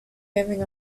giving